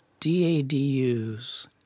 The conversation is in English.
DADUs